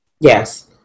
Yes